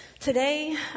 Today